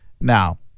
Now